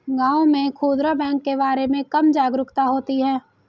गांव में खूदरा बैंक के बारे में कम जागरूकता होती है